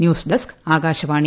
news desk Akashvani